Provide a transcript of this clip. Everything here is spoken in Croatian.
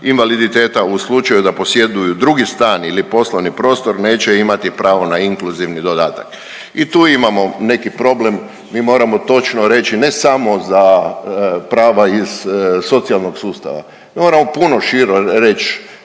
invaliditeta u slučaju da posjeduju drugi stan ili poslovni prostor neće imati pravo na inkluzivni dodatak. I tu imamo neki problem. Mi moramo točno reći ne samo za prava iz socijalnog sustava. Mi moramo puno šire reći